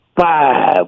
five